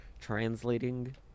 translating